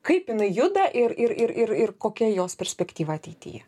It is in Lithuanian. kaip jinai juda ir ir ir ir ir kokia jos perspektyva ateityje